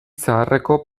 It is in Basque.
zaharreko